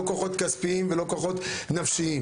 לא כוחות כספיים ולא כוחות נפשיים.